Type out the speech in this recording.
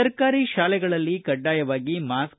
ಸರ್ಕಾರಿ ಶಾಲೆಗಳಲ್ಲಿ ಕಡ್ಡಾಯವಾಗಿ ಮಾಸ್ಕ್